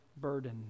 burden